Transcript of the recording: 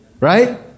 Right